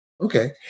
okay